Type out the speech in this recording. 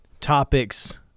topics